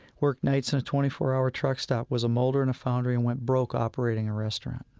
worked nights in a twenty four hour truck stop, was a molder in a foundry, and went broke operating a restaurant.